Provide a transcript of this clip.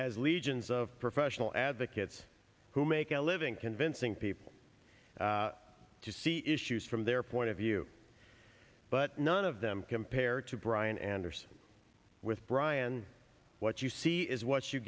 has legions of professional advocates who make a living convincing people to see issues from their point of view but none of them compare to brian anderson with brian what you see is what you